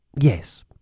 yes